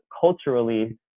culturally